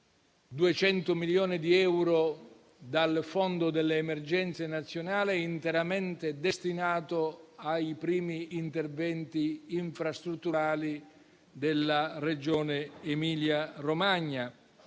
200 milioni di euro dal Fondo delle emergenze nazionali sono interamente destinati ai primi interventi infrastrutturali della Regione Emilia-Romagna;